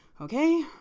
Okay